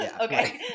Okay